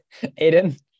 Aiden